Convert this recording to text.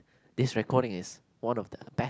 this recording is one of the bet